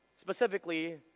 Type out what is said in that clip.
specifically